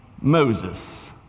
Moses